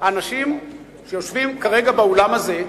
האנשים שיושבים כרגע באולם הזה,